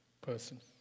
person